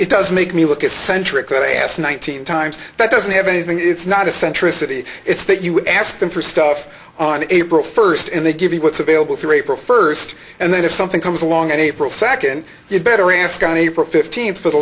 it does make me look at centric when i asked one thousand times that doesn't have anything it's not a centricity it's that you would ask them for stuff on april first and they give you what's available through april first and then if something comes along and april second you better ask on april fifteenth for the